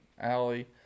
alley